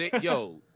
Yo